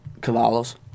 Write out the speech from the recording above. Cavalo's